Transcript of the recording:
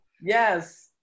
Yes